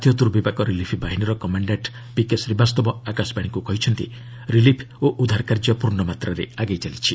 ଜାତୀୟ ଦୂର୍ବିପାକ ରିଲିଫ୍ ବାହିନୀର କମାଣ୍ଡାଣ୍ଟ ପିକେ ଶ୍ରୀବାସ୍ତବ ଆକାଶବାଣୀକୁ କହିଛନ୍ତି ରିଲିଫ୍ ଓ ଉଦ୍ଧାର କାର୍ଯ୍ୟ ପ୍ରର୍ଣ୍ଣମାତ୍ରାରେ ଆଗେଇ ଚାଲିଛି